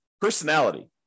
personality